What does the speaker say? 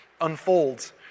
unfolds